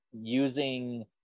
using